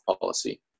policy